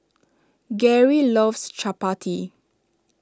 Garry loves Chappati